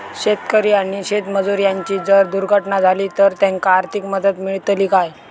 शेतकरी आणि शेतमजूर यांची जर दुर्घटना झाली तर त्यांका आर्थिक मदत मिळतली काय?